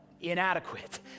inadequate